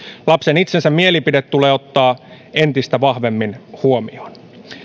lapsen itsensä mielipide tulee ottaa entistä vahvemmin huomioon